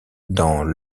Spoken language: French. dans